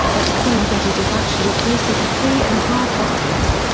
but claims that it is actually closer to three and a half octaves.